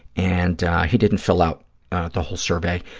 and he didn't fill out the whole survey.